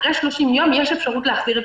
אחרי 30 ימים לכל הפחות יש אפשרות להחזיר את